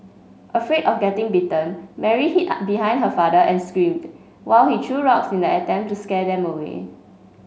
afraid of getting bitten Mary hid are behind her father and screamed while he threw rocks in an attempt to scare them away